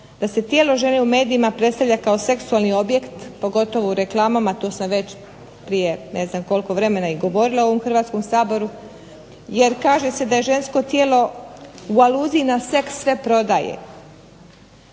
da se tijelo žene u medijima predstavlja kao seksualni objekt, pogotovo u reklamama, to sam već prije ne znam koliko vremena i govorila u ovom Hrvatskom saboru jer kaže se da je žensko tijelo u aluziji na seks sve prodaje